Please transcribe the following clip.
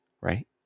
Right